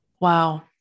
Wow